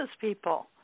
people